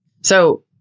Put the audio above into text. So-